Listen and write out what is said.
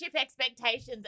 expectations